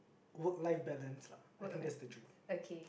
work life balance lah I think that's the dream